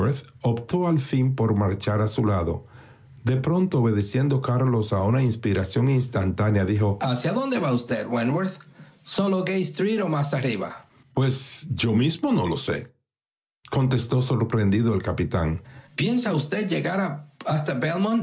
optó al fin por marchar a su lado de pronto obedeciendo carlos a una inspiración instantánea dijo hacia dónde va usted wentworth sólo gay street o más arriba pues yo mismo no lo sécontestó sorprendido el capitán piensa usted llegar hasta